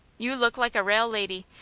you look like a rale leddy,